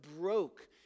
broke